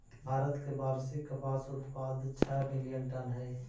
भारत के वार्षिक कपास उत्पाद छः मिलियन टन हई